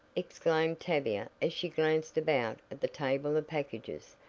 exclaimed tavia as she glanced about at the table of packages,